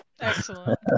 excellent